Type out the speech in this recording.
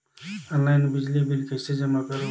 Online बिजली bill कइसे जमा करव?